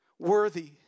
Worthy